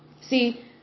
See